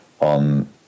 on